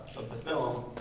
the film.